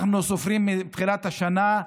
אנחנו סופרים מתחילת השנה,